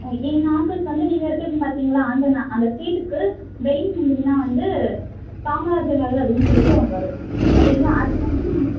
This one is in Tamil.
எங்கள் ஆஃபீஸ் வந்து நீங்கள் இருக்கிங்க பார்த்திங்களா அந்த ந அந்த ஸ்டீட்டுக்கு வந்திங்கன்னால் வந்து காமராஜர் நகர் அப்டின்னு சொல்லிவிட்டு அங்கே ஒரு ஓகேங்களா அதில் வந்து நீங்கள்